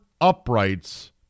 uprights